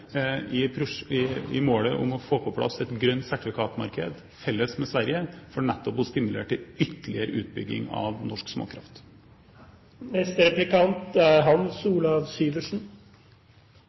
energi og prestisje i målet om å få på plass et grønt sertifikatmarked felles med Sverige, for nettopp å stimulere til ytterligere utbygging av norsk småkraft.